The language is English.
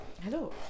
Hello